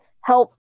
help